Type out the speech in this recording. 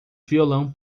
violão